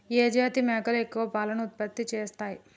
ఏ జాతి మేకలు ఎక్కువ పాలను ఉత్పత్తి చేస్తయ్?